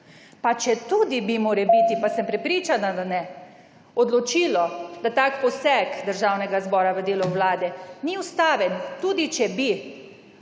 Pa četudi bi morebiti – pa sem prepričana, da ne – odločilo, da tak poseg Državnega zbora v delo vlade ni ustaven, tudi če bi,